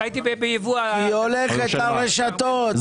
ראיתי בייבוא --- כי היא הולכת לרשתות,